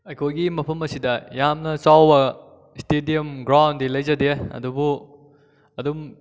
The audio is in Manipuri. ꯑꯩꯈꯣꯏꯒꯤ ꯃꯐꯝ ꯑꯁꯤꯗ ꯌꯥꯝꯅ ꯆꯥꯎꯕ ꯏꯁꯇꯦꯗꯤꯌꯝ ꯒ꯭ꯔꯥꯎꯟꯗꯤ ꯂꯩꯖꯗꯦ ꯑꯗꯨꯕꯨ ꯑꯗꯨꯝ